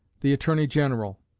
the attorney-general,